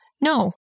no